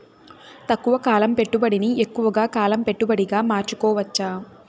తక్కువ కాలం పెట్టుబడిని ఎక్కువగా కాలం పెట్టుబడిగా మార్చుకోవచ్చా?